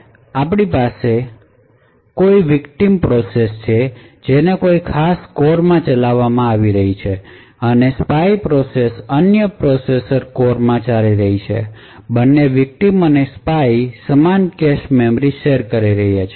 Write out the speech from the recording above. અથવા આપણી પાસે કોઈ વિકટીમ પ્રોસેસ છે જે કોઈ ખાસ કોરમાં ચાલી રહી છે અને સ્પાય પ્રોસેસ અન્ય પ્રોસેસર કોરમાં ચાલી રહી છે બંને વિકટીમ અને સ્પાય સમાન કેશ મેમરી શેર કરી રહ્યાં છે